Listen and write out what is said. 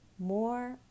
more